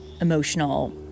emotional